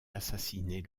assassiner